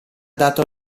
dato